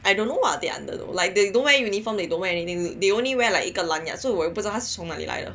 I don't know what they are under though like they don't wear uniform they don't wear anything they only wear like 一个 lanyard 所以我也不知道他从哪里来的